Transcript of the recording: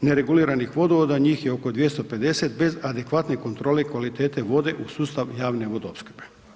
nereguliranih vodovoda, a njih je oko 250 bez adekvatne kontrole, kvalitete vode u sustavu javne vodoopskrbe.